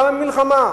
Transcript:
למה מלחמה?